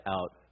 out